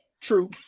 True